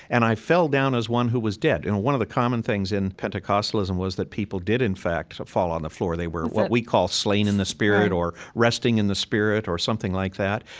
and i fell down as one who was dead. and one of the common things in pentecostalism was that people did, in fact, fall on the floor. they were what we call slain in the spirit or resting in the spirit or something like that.